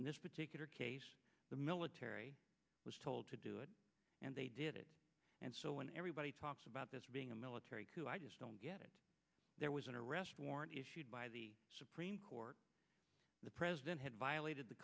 in this particular case the military was told to do it and they did it and so when everybody talks about this being a military coup i just don't get it there was an arrest warrant issued by the supreme court the president had violated the